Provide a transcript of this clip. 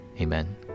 Amen